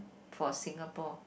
for Singapore